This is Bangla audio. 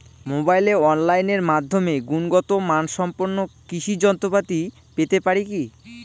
মোবাইলে অনলাইনের মাধ্যমে গুণগত মানসম্পন্ন কৃষি যন্ত্রপাতি পেতে পারি কি?